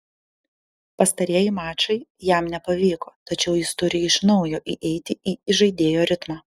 pastarieji mačai jam nepavyko tačiau jis turi iš naujo įeiti į įžaidėjo ritmą